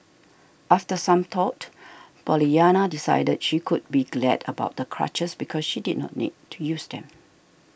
after some thought Pollyanna decided she could be glad about the crutches because she did not need to use them